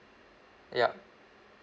yup